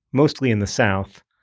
mostly in the south,